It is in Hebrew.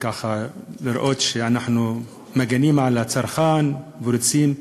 ככה בשביל להראות שאנחנו מגינים על הצרכן ורוצים.